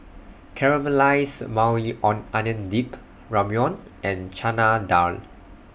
Caramelized Maui Onion Dip Ramyeon and Chana Dal